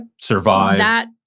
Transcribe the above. survive